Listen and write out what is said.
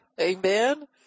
amen